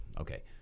okay